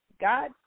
God